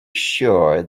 sure